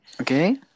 okay